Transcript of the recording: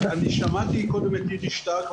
אני שמעתי את איריס שטרק.